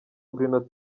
bruno